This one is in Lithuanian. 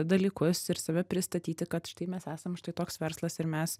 dalykus ir save pristatyti kad štai mes esam štai toks verslas ir mes